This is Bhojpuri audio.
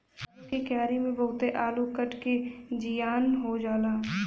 आलू के क्यारी में बहुते आलू कट के जियान हो जाला